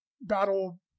Battle